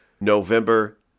November